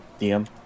DM